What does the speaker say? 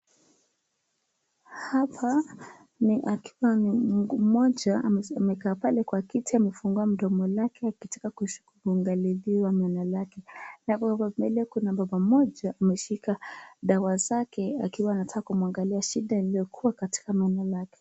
Hapa ni akiwa ni mguu moja amesomeka kwa kiti amefungua mdomo lake akitakakuangaliliwa meno lake. Alafu hapo mbele kuna baba moja ameshika dawa zake akiwa wanataka kumwangalia shida iliyokuwa katika mdomo lake.